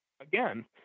again